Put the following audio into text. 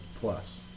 plus